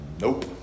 Nope